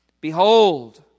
Behold